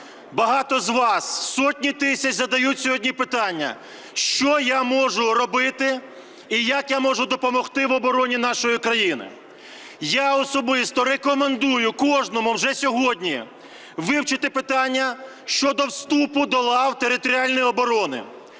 багато з вас, сотні тисяч, задають сьогодні питання: що я можу робити і як я можу допомогти в обороні нашої країни. Я особисто рекомендую кожному вже сьогодні вивчити питання щодо вступу до лав територіальної оборони.